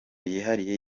yihariye